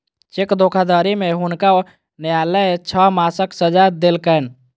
cheque धोखाधड़ी में हुनका न्यायलय छह मासक सजा देलकैन